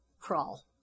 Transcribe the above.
crawl